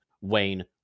Wayne